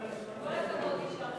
כל הכבוד.